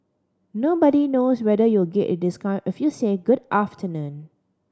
nobody knows whether you'll get a discount if you say good afternoon